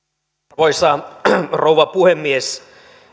arvoisa rouva puhemies